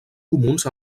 comuns